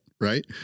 right